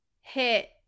hit